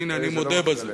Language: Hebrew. לא, הנה אני מודה בזה.